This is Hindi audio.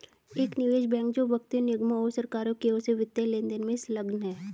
एक निवेश बैंक जो व्यक्तियों निगमों और सरकारों की ओर से वित्तीय लेनदेन में संलग्न है